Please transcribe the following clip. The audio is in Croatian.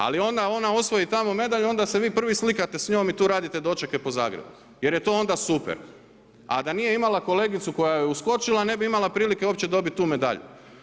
Ali ona osvoji tamo medalju, onda se vi prvi slikate s njom i tu radite dočeke po Zagrebu jer je to onda super a da nije imala kolegicu koja joj je uskočila ne bi imala prilike uopće dobiti tu medalju.